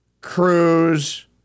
Cruz